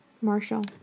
Marshall